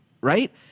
Right